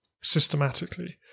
systematically